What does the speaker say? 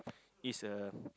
is uh